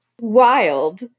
wild